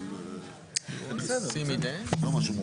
דובר כאן שאם השינוי עלול להשפיע על מצבם של שטחים